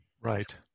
Right